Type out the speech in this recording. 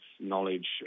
knowledge